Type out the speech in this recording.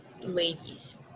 ladies